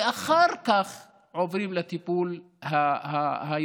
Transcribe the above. ואחר כך עוברים לטיפול היותר-מעמיק.